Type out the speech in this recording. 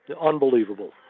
Unbelievable